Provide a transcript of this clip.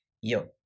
Yo